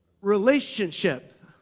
relationship